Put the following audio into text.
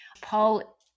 Paul